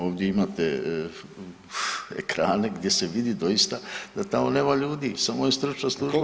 Ovdje imate ekrane gdje se vidi doista da tamo nema ljudi, samo je stručna služba.